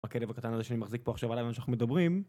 הכלב הקטן הזה שאני מחזיק פה עכשיו עלי בזמן שאנחנו מדברים